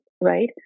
right